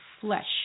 flesh